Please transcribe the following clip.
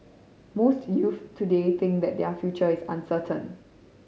most youths today think that their future is uncertain